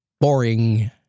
boring